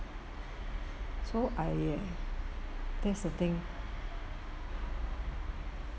so I that's the thing